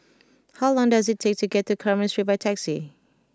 how long does it take to get to Carmen Street by taxi